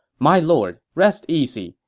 my lord, rest easy.